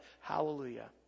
hallelujah